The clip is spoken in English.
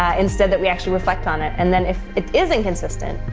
ah instead that we actually reflect on it. and then if it isn't consistent,